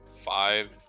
five